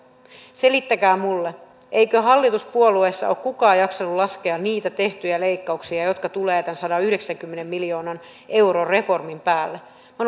selittäkää minulle eikö hallituspuolueissa ole kukaan jaksanut laskea niitä tehtyjä leikkauksia jotka tulevat tämän sadanyhdeksänkymmenen miljoonan euron reformin päälle olen